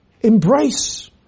embrace